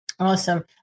Awesome